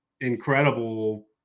incredible